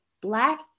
black